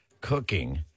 cooking